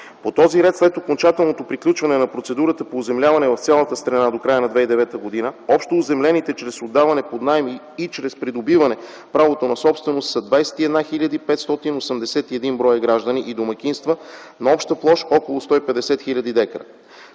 По този ред, след окончателното приключване на процедурата по оземляване в цялата страна до края на 2009 г., общо оземлените чрез отдаване под наем и чрез придобиване правото на собственост са 21 хил. 581 броя граждани и домакинства на обща площ около 150 хил. дка.